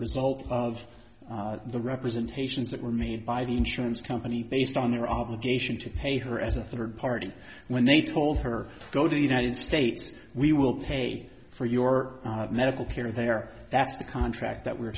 result of the representations that were made by the insurance company based on their obligation to pay her as a third party when they told her to go to the united states we will pay for your medical care there that's the contract that we're